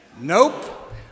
nope